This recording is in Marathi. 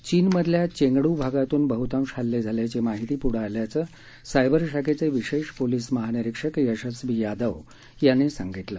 चीनमधल्या चेंगडू भागातून बहुतांश हल्ले झाल्याची माहिती पुढं आल्याचं सायबर शाखेचे विशेष पोलिस महानिरीक्षक यशस्वी यादव यांनी सांगितलं